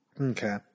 Okay